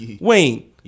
Wayne